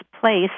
place